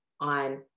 on